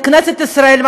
מכנסת ישראל,